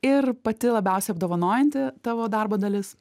ir pati labiausiai apdovanojanti tavo darbo dalis